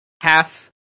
half